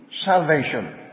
Salvation